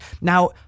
Now